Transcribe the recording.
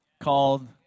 called